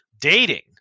dating